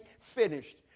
finished